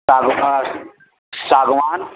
ساگوان